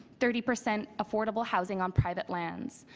thirty percent affordable housing on private lands,